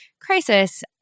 crisis